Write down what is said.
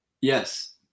Yes